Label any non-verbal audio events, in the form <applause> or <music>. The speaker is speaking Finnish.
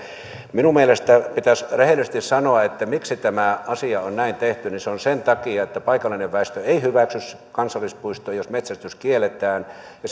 minun mielestäni pitäisi rehellisesti sanoa miksi tämä asia on näin tehty se on sen takia että paikallinen väestö ei hyväksyisi kansallispuistoa jos metsästys kielletään ja <unintelligible>